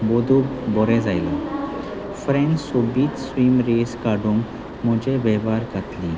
बोदू बरें जायना फ्रेंड्स सोबीत स्विम रेस काडून म्हजे वेव्हार घातली